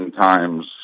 times